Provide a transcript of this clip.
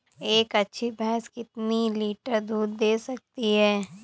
एक अच्छी भैंस कितनी लीटर दूध दे सकती है?